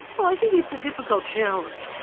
well i think it's a difficult challenge.